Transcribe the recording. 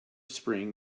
spring